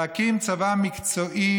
להקים צבא מקצועי,